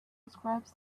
describes